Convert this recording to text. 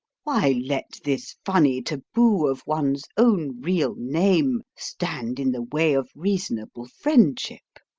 why let this funny taboo of one's own real name stand in the way of reasonable friendship?